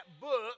book